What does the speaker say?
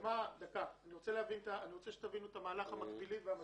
אני רוצה שתבינו את המהלך המקביל והמשלים.